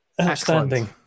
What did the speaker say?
Outstanding